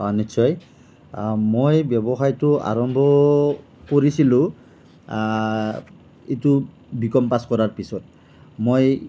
অঁ নিশ্চয় মই ব্যৱসায়টো আৰম্ভ কৰিছিলোঁ এইটো বিকম পাছ কৰাৰ পাছত বিকম মই